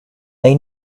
they